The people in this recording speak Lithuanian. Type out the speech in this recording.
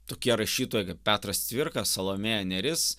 tokie rašytojai kaip petras cvirka salomėja nėris